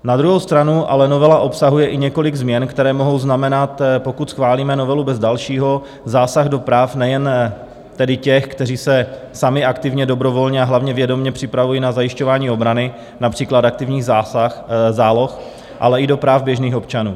Na druhou stranu ale novela obsahuje i několik změn, které mohou znamenat, pokud schválíme novelu bez dalšího, zásah do práv nejen tedy těch, kteří se sami aktivně, dobrovolně a hlavně vědomě připravují na zajišťování obrany, například aktivních záloh, ale i do práv běžných občanů.